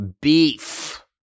beef